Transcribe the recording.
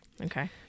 Okay